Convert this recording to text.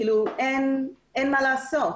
פשוט אין מה לעשות.